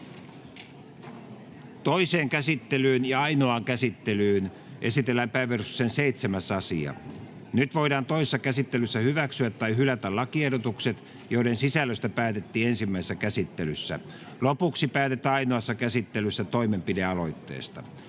Toiseen käsittelyyn ja ainoaan käsittelyyn esitellään päiväjärjestyksen 7. asia. Nyt voidaan toisessa käsittelyssä hyväksyä tai hylätä lakiehdotukset, joiden sisällöstä päätettiin ensimmäisessä käsittelyssä. Lopuksi päätetään ainoassa käsittelyssä toimenpidealoitteesta.